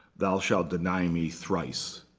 thou shalt deny me thrice.